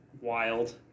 wild